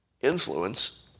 influence